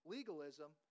Legalism